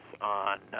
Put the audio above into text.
on